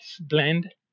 blend